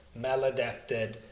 maladapted